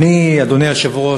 אדוני היושב-ראש,